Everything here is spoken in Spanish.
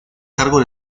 cargo